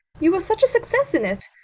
you were such a success in it.